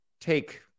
take